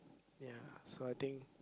ya so I think